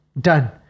done